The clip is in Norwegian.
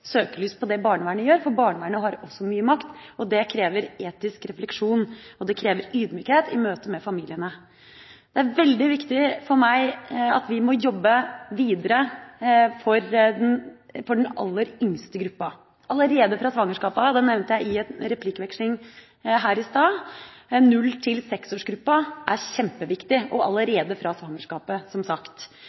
søkelys på det barnevernet gjør, for barnevernet har også mye makt. Det krever etisk refleksjon, og det krever ydmykhet i møte med familiene. Det er veldig viktig for meg at vi jobber videre for den aller yngste gruppa – allerede fra svangerskapet av, som jeg nevnte i en replikkveksling i stad. Gruppa med 0–6-åringer er kjempeviktig – som sagt allerede fra svangerskapet